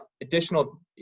additional